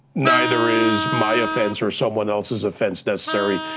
neither is my offense or someone else's offense necessary,